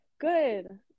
good